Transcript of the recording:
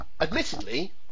admittedly